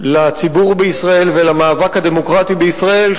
לציבור בישראל ולמאבק הדמוקרטי בישראל,